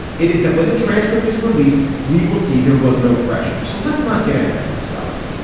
it is that when the transcript is released we will see there was no pressure. so let's not get ahead of ourselves.